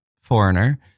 Foreigner